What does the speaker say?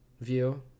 view